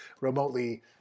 remotely